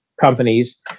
companies